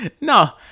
No